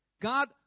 God